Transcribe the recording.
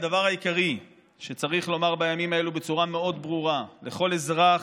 הדבר העיקרי שצריך לומר בימים האלה בצורה מאוד ברורה לכל אזרח,